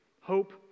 hope